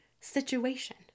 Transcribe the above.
situation